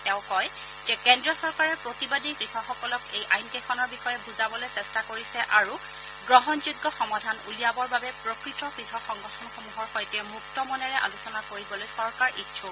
তেওঁ কয় যে কেদ্ৰীয় চৰকাৰে প্ৰতিবাদী কৃষকসকলক এই আইনকেইখনৰ বিষয়ে বুজাবলৈ চেষ্টা কৰিছে আৰু গ্ৰহণযোগ্য সমাধান উলিয়াবৰ বাবে প্ৰকৃত কৃষক সংগঠনসমূহৰ সৈতে মুক্ত মনেৰে আলোচনা কৰিবলৈ চৰকাৰ ইচ্ছুক